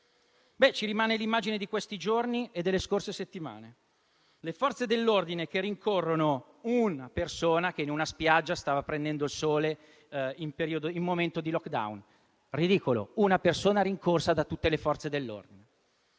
Ci rimane l'immagine di questi giorni e delle scorse settimane: le Forze dell'ordine che rincorrono una persona che in una spiaggia stava prendendo il sole in un momento del *lockdown*. Ridicolo, una persona rincorsa da tutte le Forze dell'ordine.